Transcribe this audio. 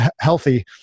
healthy